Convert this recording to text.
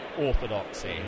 orthodoxy